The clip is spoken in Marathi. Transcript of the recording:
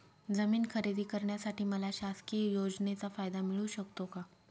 जमीन खरेदी करण्यासाठी मला शासकीय योजनेचा फायदा मिळू शकतो का?